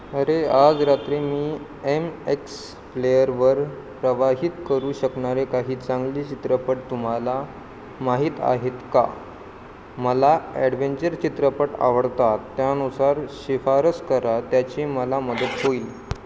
अरे आज रात्री मी एम एक्स प्लेअरवर प्रवाहित करू शकणारे काही चांगले चित्रपट तुम्हाला माहीत आहेत का मला ॲडवेंचर चित्रपट आवडतात त्यानुसार शिफारस करा त्याची मला मदत होईल